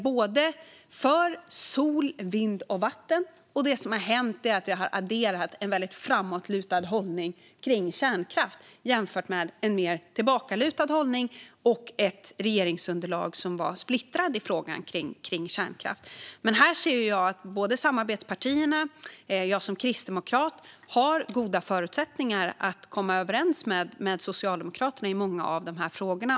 Vi är för sol, vind och vatten. Det som har hänt är att vi adderat en väldigt framåtlutad hållning till kärnkraft jämfört med en mer tillbakalutad hållning och ett regeringsunderlag som var splittrat i frågan om kärnkraft. Här ser jag att samarbetspartierna och jag som kristdemokrat har goda förutsättningar att komma överens med Socialdemokraterna i många av de här frågorna.